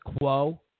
quo